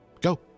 Go